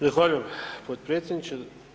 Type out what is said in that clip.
Zahvaljujem potpredsjedniče.